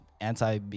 anti